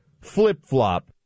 flip-flop